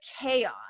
chaos